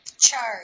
charge